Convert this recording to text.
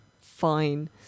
Fine